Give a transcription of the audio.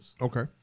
okay